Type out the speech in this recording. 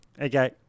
Okay